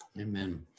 Amen